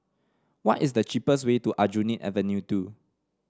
what is the cheapest way to Aljunied Avenue Two